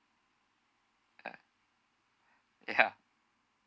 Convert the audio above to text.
uh ya